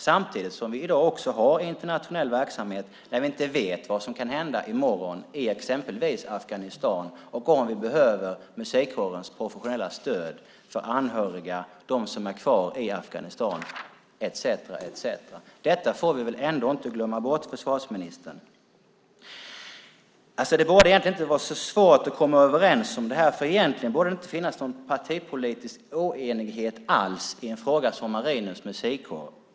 Samtidigt har vi i dag också internationell verksamhet där vi inte vet vad som kan hända i morgon i exempelvis Afghanistan och om vi behöver musikkårens professionella stöd för anhöriga, dem som är kvar i Afghanistan etcetera. Detta får vi väl ändå inte glömma bort, försvarsministern. Det borde inte vara så svårt att komma överens om det här. Egentligen borde det inte finnas någon partipolitisk oenighet alls i en fråga som Marinens musikkår.